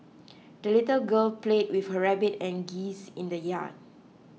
the little girl played with her rabbit and geese in the yard